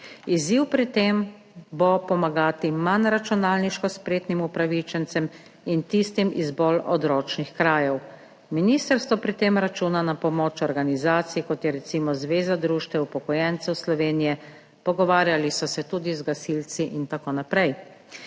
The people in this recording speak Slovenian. Izziv pri tem bo pomagati manj računalniško spretnim upravičencem in tistim iz bolj odročnih krajev. Ministrstvo pri tem računa na pomoč organizacij, kot je recimo Zveza društev upokojencev Slovenije, pogovarjali so se tudi z gasilci in tako naprej.